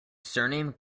surname